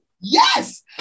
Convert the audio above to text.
Yes